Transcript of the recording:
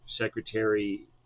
Secretary